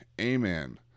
amen